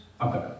Okay